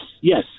yes